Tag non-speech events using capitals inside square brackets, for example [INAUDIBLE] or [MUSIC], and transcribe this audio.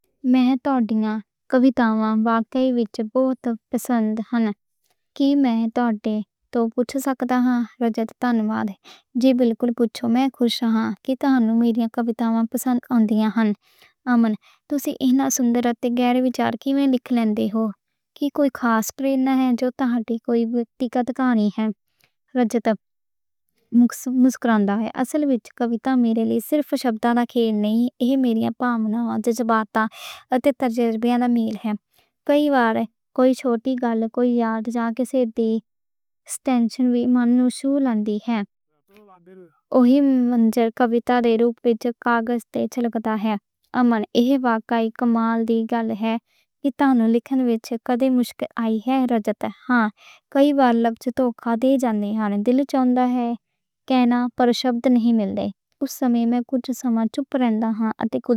میں تہاڈیاں کویتاں واقعی بہت پسند ہن، کی میں تہاڈے توں پچھ سکدا ہاں؟ رجد تانواد، جی بالکل پچھو، میں خوش ہاں۔ کتاباں، میری کویتاں پسند آندیاں ہن، عام طور تے اسی انہاں دی سندرتا تے گہرے وچاراں نوں میں لکھ لیندا ہاں، کہ کُجھ خاص پریم نِیہہ ہے۔ جو تیری کوئی ویکتیگت کہانی ہے؟ رجدت [HESITATION] مسکرا کے، اصل وِچ کویتا میرے لئی صرف شبداں دا کھیل نہیں۔ ایہ میرے بھاوناؤں وِچ جذبات تے تجربیاں دا میل ہے۔ کئی وار کوئی چھوٹی گل، کوئی آہ جاں دیکھ [HESITATION] تے ٹینشن سو مینوں لے آؤندی ہے۔ اوہی منظر کویتا دے روپ وِچ کاغذ تے چمکدا ہے۔ ایہ واقعی کمال دی گل ہے، تاں لکھن وِچ کدے مشکل آئی ہے؟ رجدت ہاں، کدے وار لفظ دھوکھا دے جاندے نیں، پر شبداں نئیں ملدے۔ کُجھ سمیاں وِچ کُجھ چُپ رہندا ہاں۔ اتے کُجھ۔